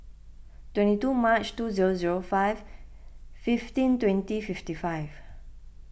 twenty two March two zero zero five fifteen twenty fifty five